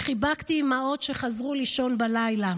/ וחיבקתי אימהות / שחזרו לישון בלילה.